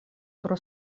pro